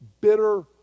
bitter